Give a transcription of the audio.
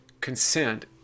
consent